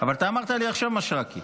אבל אתה אמרת לי עכשיו משרקי.